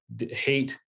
hate